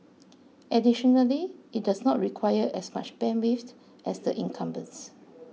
additionally it does not require as much bandwidth as the incumbents